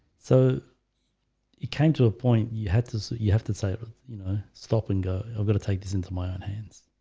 so you came to a point you had to say you have to say, you know, stop and go i've got to take this into my own hands.